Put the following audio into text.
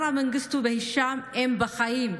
אברה מנגיסטו והיאשם בחיים,